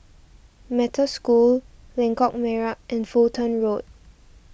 Metta School Lengkok Merak and Fulton Road